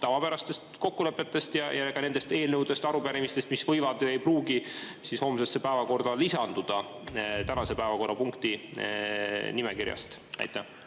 tavapärastest kokkulepetest ja ka nendest eelnõudest, arupärimistest, mis võivad, aga ei pruugi homsesse päevakorda lisanduda tänase päevakorra punktide nimekirjast. Jaa,